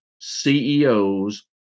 CEOs